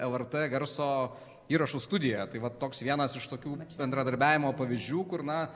lrt garso įrašų studijoje tai va toks vienas iš tokių bendradarbiavimo pavyzdžių kur na